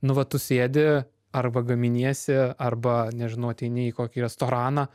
nu va tu sėdi arba gaminiesi arba nežinau ateini į kokį restoraną